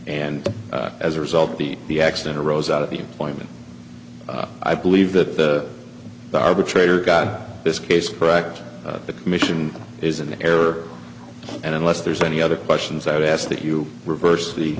and as a result the the accident arose out of the employment i believe that the arbitrator got this case correct the commission is in error and unless there's any other questions i would ask that you reverse the